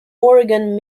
oregon